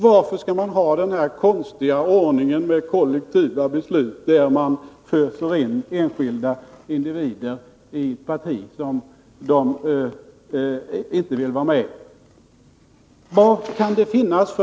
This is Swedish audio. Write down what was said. Varför skall man ha den här konstiga ordningen med kollektiva beslut, genom vilka man föser in enskilda individer i ett parti som de inte vill vara med i?